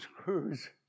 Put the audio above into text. screws